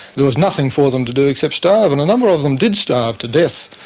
there was nothing for them to do except starve, and a number of them did starve to death.